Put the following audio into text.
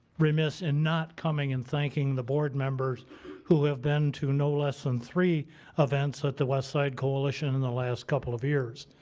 remiss in not coming and thanking the board members who have been to no less than three events at the west side coalition in the last couple of years.